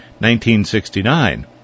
1969